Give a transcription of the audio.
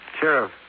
Sheriff